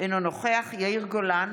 אינו נוכח יאיר גולן,